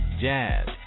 jazz